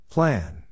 Plan